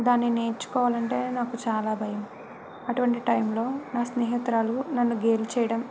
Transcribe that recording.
దాన్ని నేర్చుకోవాలంటే నాకు చాలా భయం అటువంటి టైంలో నా స్నేహితురాలు నన్ను గేలి చేయడం